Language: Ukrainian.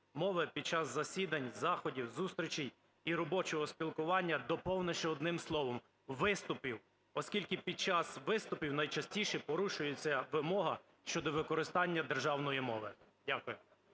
мови під час засідань, заходів, зустрічей і робочого спілкування, доповнивши одним словом "виступів", оскільки під час виступів найчастіше порушується вимога щодо використання державної мови. Дякую.